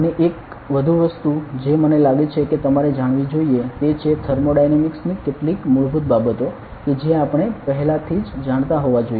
અને એક વધુ વસ્તુ જે મને લાગે છે કે તમારે જાણવી જોઈએ તે છે થર્મોડાયનેમિક્સ ની કેટલીક મૂળભૂત બાબતો કે જે આપણે પહેલાંથી જાણીતા હોવા જોઈએ